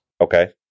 Okay